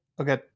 okay